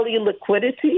liquidity